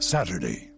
Saturday